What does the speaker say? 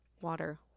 water